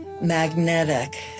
magnetic